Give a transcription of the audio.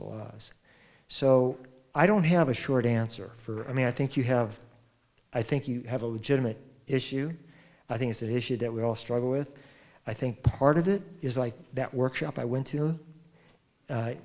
the laws so i don't have a short answer for i mean i think you have i think you have a legitimate issue i think that issue that we all struggle with i think part of that is like that workshop i went to